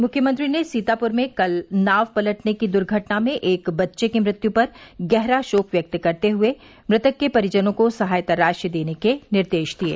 मुख्यमंत्री ने सीतापुर में कल नाव पलटने की दूर्घटना में एक बच्चे की मृत्यु पर गहरा शोक व्यक्त करते हुए मृतक के परिजनों को सहायता राशि देने के निर्देश दिये